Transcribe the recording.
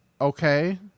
Okay